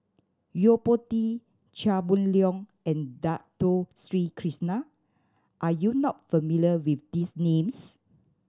Yo Po Tee Chia Boon Leong and Dato Sri Krishna are you not familiar with these names